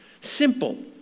Simple